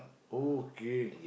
okay